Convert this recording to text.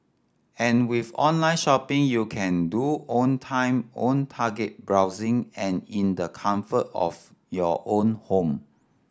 and with online shopping you can do 'own time own target' browsing and in the comfort of your own home